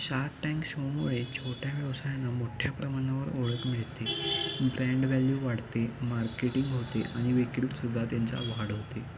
shark Tank शोमुळे छोट्या व्यवसायांना मोठ्या प्रमाणावर ओळख मिळते ब्रँड व्हॅल्यू वाढते मार्केटिंग होते आणि विक्रीतसुद्धा त्यांच्या वाढ होते